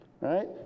Right